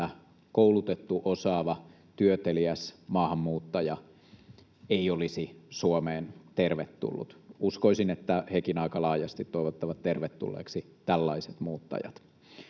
koulutettu, osaava, työteliäs maahanmuuttaja ei olisi Suomeen tervetullut. Uskoisin, että hekin aika laajasti toivottavat tervetulleeksi tällaiset muuttajat.